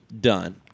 done